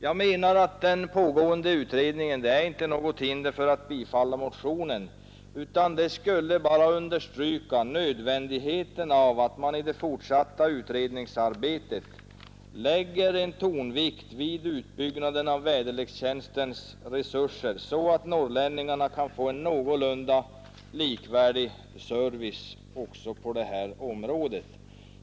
Jag anser inte att den pågående utredningen är något hinder för att bifalla motionen, utan ett bifall skulle understryka nödvändigheten av att man i det fortsatta utredningsarbetet lägger tonvikten vid utbyggnaden av väderlekstjänstens resurser så att norrlänningarna kan få en någorlunda likvärdig service också på det här området.